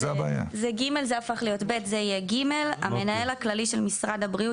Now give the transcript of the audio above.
אני רוצה להגיד לך שהמכון בשנים האחרונות,